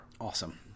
Awesome